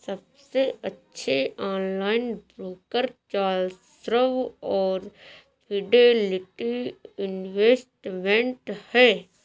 सबसे अच्छे online broker Charles Schwab और फिडेलिटी इन्वेस्टमेंट हैं